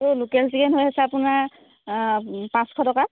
এই local chicken হৈ আছে আপোনাৰ পাঁচশ টকা